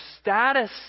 status